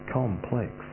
complex